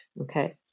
Okay